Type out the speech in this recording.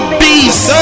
beast